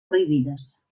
prohibides